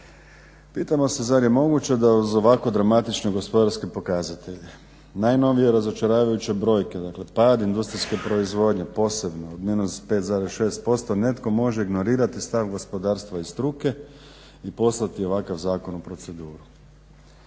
Pitamo se zar je moguće da uz ovako dramatične gospodarske pokazatelje, naime ove razočaravajuće brojke dakle pad industrijske proizvodnje posebno od -5,6% netko može ignorirati stav gospodarstva i struke i poslati ovakav zakon u proceduru.